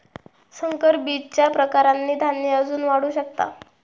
संकर बीजच्या प्रकारांनी धान्य अजून वाढू शकता